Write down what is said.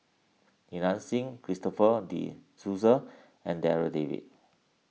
Li Nanxing Christopher De Souza and Darryl David